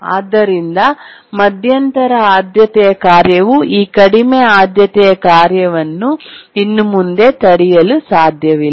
ಆದ್ದರಿಂದ ಮಧ್ಯಂತರ ಆದ್ಯತೆಯ ಕಾರ್ಯವು ಈ ಕಡಿಮೆ ಆದ್ಯತೆಯ ಕಾರ್ಯವನ್ನು ಇನ್ನು ಮುಂದೆ ತಡೆಯಲು ಸಾಧ್ಯವಿಲ್ಲ